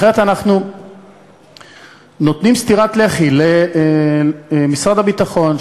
אחרת אנחנו נותנים סטירת לחי למשרד הביטחון,